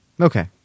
Okay